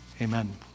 Amen